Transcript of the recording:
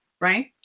Right